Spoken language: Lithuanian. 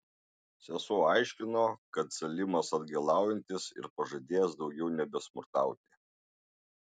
sesuo aiškino kad salimas atgailaujantis ir pažadėjęs daugiau nebesmurtauti